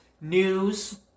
news